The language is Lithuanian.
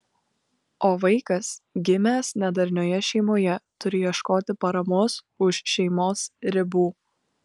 o vaikas gimęs nedarnioje šeimoje turi ieškoti paramos už šeimos ribų